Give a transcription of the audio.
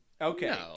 Okay